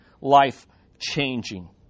life-changing